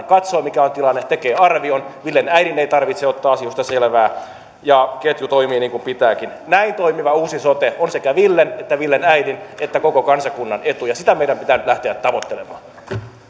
katsoo mikä on tilanne tekee arvion villen äidin ei tarvitse ottaa asioista selvää ja ketju toimii niin kuin pitääkin näin toimiva uusi sote on sekä villen että villen äidin että koko kansakunnan etu ja sitä meidän pitää nyt lähteä tavoittelemaan